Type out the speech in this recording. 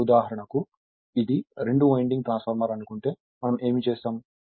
ఇప్పుడు ఉదాహరణకు ఇది రెండు వైండింగ్ ట్రాన్స్ఫార్మర్ అనుకుంటే మనం ఏమి చేస్తాం